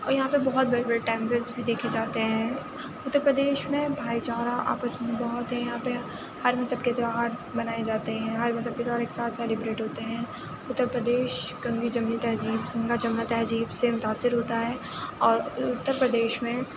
اور یہاں پہ بہت بڑی بڑی ٹیمپلز بھی دیكھے جاتے ہیں اُتر پردیش میں بھائی چارہ آپس میں بہت ہے یہاں پہ ہر قسم کے تہوار منائے جاتے ہیں ہر مذہب کے ایک ساتھ سیلیبریٹ ہوتے ہیں اُتر پردیش گنگا جمنا تہذیب گنگا جمنا تہذیب سے متاثر ہوتا ہے اور اُتر پردیش میں